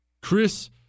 Chris